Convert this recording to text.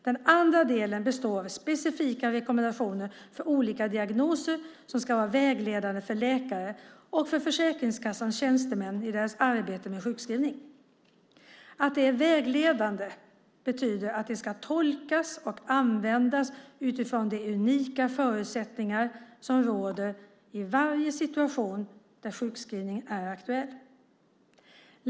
Den andra delen består av specifika rekommendationer för olika diagnoser som ska vara vägledande för läkare och för Försäkringskassans tjänstemän i deras arbete med sjukskrivning. Att de är vägledande betyder att de ska tolkas och användas utifrån de unika förutsättningar som råder i varje situation där sjukskrivning är aktuell.